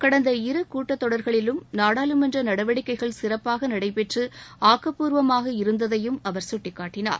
கடந்த இரு கூட்டத் தொடர்களிலும் நாடாளுமன்ற நடவடிக்கைகள் சிறப்பாக நடைபெற்று ஆக்கப்பூர்வமாக இருந்ததையும் அவர் சுட்டிக்காட்டினார்